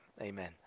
Amen